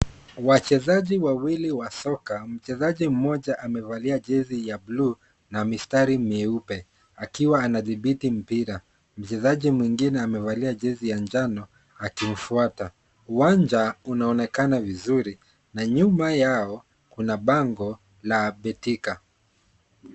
Wachezaji wawili wa soka, mchezaji mmoja amevalia jezi ya bluu na mistari myeupe akiwa anadhibiti mpira. Mchezaji mwingine amevalia jezi ya njano, akimfuata. Uwanja unaonekana vizuri na nyuma yao, kuna bango la betika.